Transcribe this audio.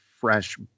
fresh